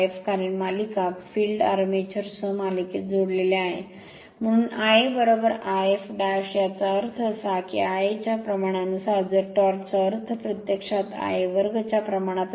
कारण मालिका field armature सह मालिकेत जोडलेले आहे म्हणून Ia If याचा अर्थ असा की IA च्या प्रमाणानुसार जर टॉर्क चा अर्थ प्रत्यक्षात Ia2 च्या प्रमाणात असेल